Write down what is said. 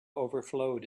overflowed